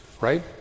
right